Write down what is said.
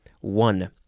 One